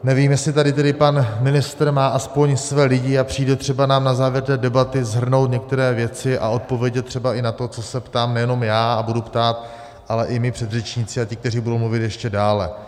Nevím, jestli tady tedy pan ministr má alespoň své lidi a přijde nám třeba na závěr té debaty shrnout některé věci a odpovědět třeba i na to, na co se ptám nejenom já, a budu ptát, ale i mí předřečníci a ti, kteří budou mluvit ještě dále.